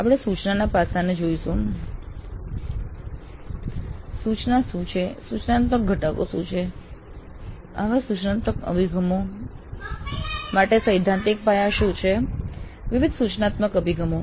આપણે સૂચનાના પાસાઓ જોઈએ છીએ સૂચના શું છે સૂચનાત્મક ઘટકો શું છે આવા સૂચનાત્મક અભિગમો માટે સૈદ્ધાંતિક પાયા શું છે વિવિધ સૂચનાત્મક અભિગમો